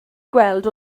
gweld